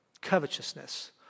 covetousness